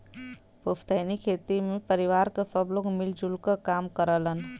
पुस्तैनी खेती में परिवार क सब लोग मिल जुल क काम करलन